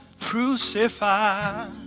crucified